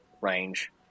range